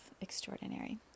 extraordinary